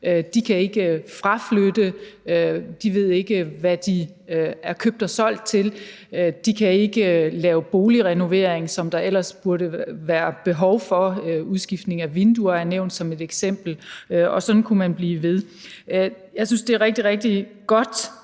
De kan ikke fraflytte; de ved ikke, om de er købt eller solgt; de kan ikke lave boligrenovering, som der ellers burde være behov for – udskiftning af vinduer er nævnt som et eksempel – og sådan kunne man blive ved. Jeg synes, det er rigtig, rigtig godt,